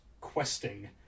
questing